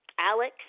Alex